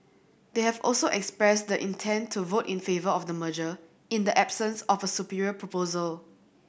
they have also expressed the intent to vote in favour of the merger in the absence of a superior proposal